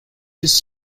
his